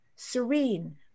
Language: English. Serene